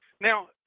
Now